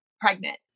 pregnant